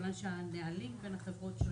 כיוון שהנהלים בין החברות שונים,